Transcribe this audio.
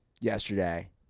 yesterday